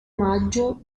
maggio